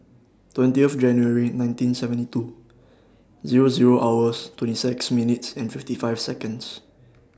twentieth January nineteen seventy two Zero Zero hours twenty six minutes and fifty five Seconds